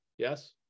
Yes